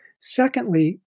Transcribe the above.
secondly